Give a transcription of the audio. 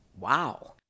Wow